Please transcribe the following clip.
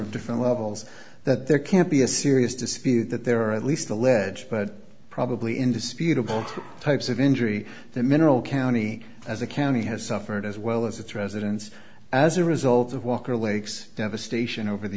of different levels that there can't be a serious dispute that there are at least alleged but probably indisputable types of injury that mineral county as a county has suffered as well as its residents as a result of walker lakes devastation over the